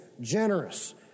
generous